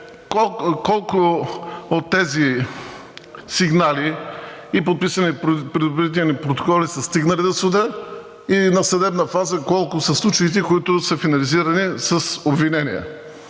колко от тези сигнали и подписани предупредителни протоколи са стигнали до съда. На съдебна фаза колко са случаите, които са финализирани с обвинения?